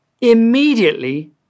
immediately